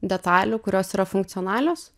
detalių kurios yra funkcionalios